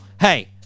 hey